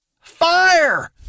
Fire